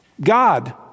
God